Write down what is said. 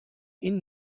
این